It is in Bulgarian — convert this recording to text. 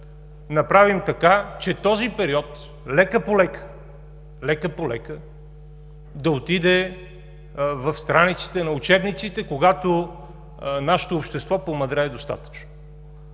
направим така, че този период лека-полека, лека-полека да отиде в страниците на учебниците, когато нашето общество помъдрее достатъчно.